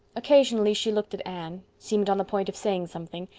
occasionally she looked at anne, seemed on the point of saying something,